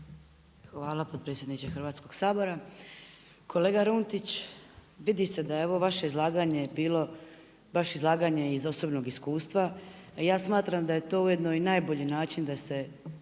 Hvala podpredsjedniče Hrvatskog sabora. Kolega Runtić, vidi se da je ovo vaše izlagane bilo baš izlaganje iz osobnog iskustva. Ja smatram da je to ujedno najbolji način da se